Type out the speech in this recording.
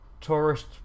tourist